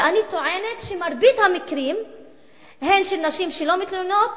ואני טוענת שמרבית המקרים הם של נשים שלא מתלוננות,